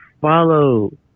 follow